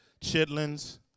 chitlins